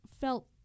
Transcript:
felt